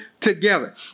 together